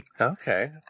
Okay